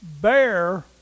Bear